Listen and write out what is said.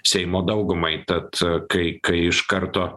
seimo daugumai tad kai kai iš karto